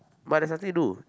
but there's nothing to do